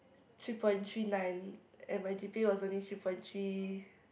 three point three nine and my G_P_A was only three point three